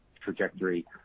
trajectory